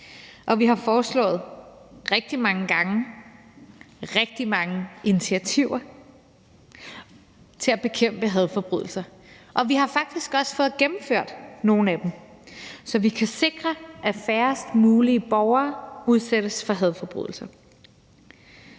Vi har rigtig mange gange foreslået rigtig mange initiativer til at bekæmpe hadforbrydelser. Vi har faktisk også fået gennemført nogle af dem, så vi kan sikre, at færrest mulige borgere udsættes for hadforbrydelser.